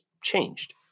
changed